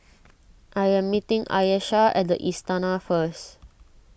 I am meeting Ayesha at the Istana first